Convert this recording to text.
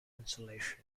insulation